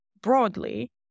broadly